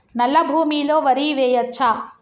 నల్లా భూమి లో వరి వేయచ్చా?